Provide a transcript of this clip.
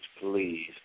please